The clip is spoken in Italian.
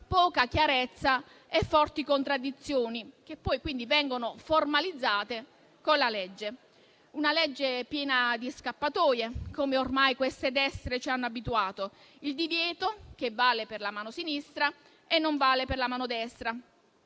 poca chiarezza e forti contraddizioni, che poi vengono formalizzate con la legge. È un disegno di legge pieno di scappatoie, come ormai queste destre ci hanno abituato. Il divieto vale per la mano sinistra e non vale per la mano destra: